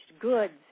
goods